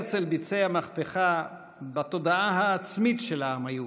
הרצל ביצע מהפכה בתודעה העצמית של העם היהודי.